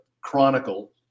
chronicle